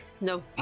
No